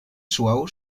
suau